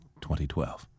2012